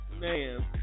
Man